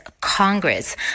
Congress